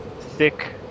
thick